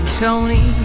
tony